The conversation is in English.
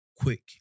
quick